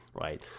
right